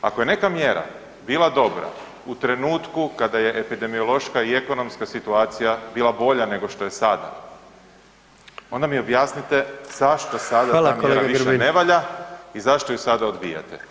Ako je neka mjera bila dobra u trenutku kada je epidemiološka i ekonomska situacija bila bolja nego što je sada, onda mi objasnite zašto sada ta mjera više ne valja [[Upadica predsjednik: Hvala, kolega Grbin.]] i zašto ju sada odbijate.